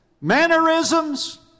mannerisms